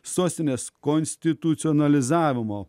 sostinės konstitucijų analizavimo